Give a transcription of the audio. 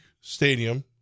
Stadium